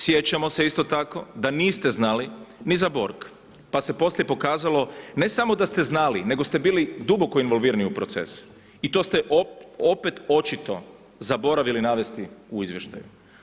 Sjećamo se isto tako da niste znali ni za Borg pa se poslije pokazalo ne samo da ste znali, nego ste bili duboko involvirani u proces i to ste opet očito zaboravili navesti u izvještaju.